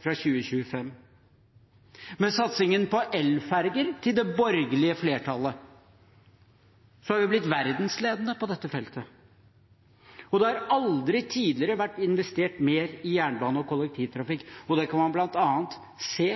fra 2025. Med satsingen til det borgerlige flertallet på elferger har vi blitt verdensledende på dette feltet. Det har aldri tidligere vært investert mer i jernbane og kollektivtrafikk. Det kan man bl.a. se